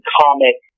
comic